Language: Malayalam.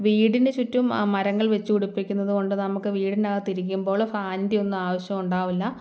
വീടിന് ചുറ്റും മരങ്ങൾ വെച്ചു പിടിപ്പിക്കുന്നത് കൊണ്ട് നമുക്ക് വീടിനകത്തിരിക്കുമ്പോൾ ഫാനിൻ്റെയൊന്നും ആവശ്യമുണ്ടാവില്ല